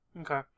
okay